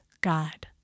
God